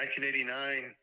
1989